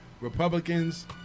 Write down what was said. Republicans